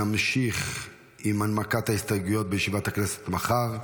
נמשיך עם הנמקת ההסתייגויות בישיבת הכנסת מחר.